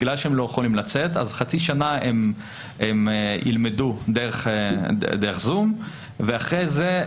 בגלל שהם לא יכולים לצאת אז חצי שנה הם ילמדו דרך זום ואחרי זה,